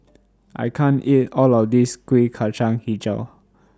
I can't eat All of This Kuih Kacang Hijau